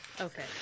Okay